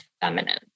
feminine